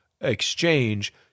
exchange